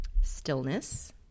stillness